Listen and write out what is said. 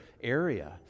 area